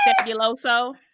Fabuloso